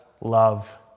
love